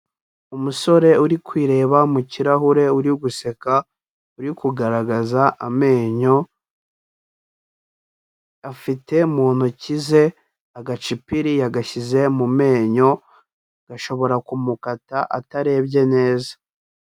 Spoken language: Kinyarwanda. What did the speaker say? Umusore uri kwireba mu kirahure uri guseka, uri kugaragaza amenyo, afite mu ntoki ze agacipiri yagashyize mu menyo, gashobora kumukata atarebye neza.